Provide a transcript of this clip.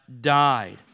died